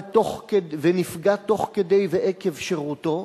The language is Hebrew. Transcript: ונפגע תוך כדי ועקב שירותו,